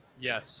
Yes